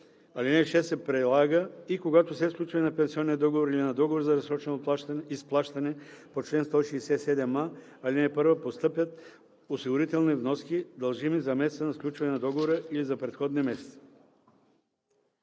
Алинея 6 се прилага и когато след сключване на пенсионен договор или на договор за разсрочено изплащане по чл. 167а, ал. 1 постъпят осигурителни вноски, дължими за месеца на сключване на договора или за предходни месеци.“